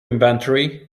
inventory